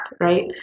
right